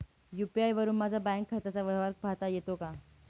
UPI वरुन माझ्या bank खात्याचा व्यवहार पाहता येतो का?